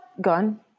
gone